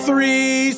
Three